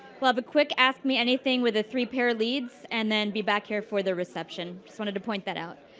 we'll have a kick ask me anything with the three pair leads and then be back here for the reception. i wanted to point that out.